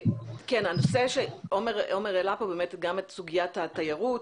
כן, עומר העלה פה באמת גם את סוגיית התיירות,